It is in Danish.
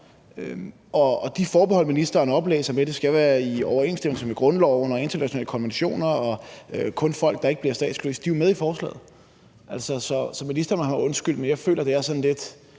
de forbehold, som ministeren oplæser, med, at det skal være i overensstemmelse med grundloven og internationale konventioner og det kun er folk, der ikke bliver statsløse, er jo med i forslaget. Så ministeren må have mig undskyldt, men jeg føler, at det er sådan lidt,